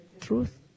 Truth